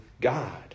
God